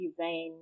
design